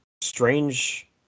strange